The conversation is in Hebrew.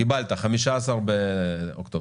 קיבלת, 15 באוקטובר.